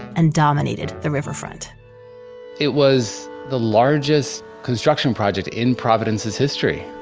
and dominated the riverfront it was the largest construction project in providence's history.